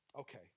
okay